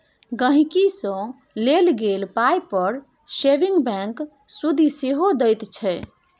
गांहिकी सँ लेल गेल पाइ पर सेबिंग बैंक सुदि सेहो दैत छै